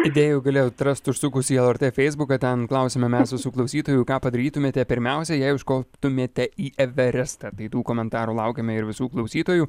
idėjų galėjot rast užsukusi į lrt feisbuką ten klausiame mes visų klausytojų ką padarytumėte pirmiausia jei užkoptumėte į everestą tai tų komentarų laukiame ir visų klausytojų